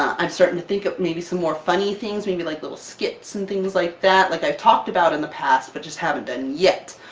i'm starting to think of maybe some more funny things, we we like little skits and things like that. like i've talked about in the past but just haven't done yet.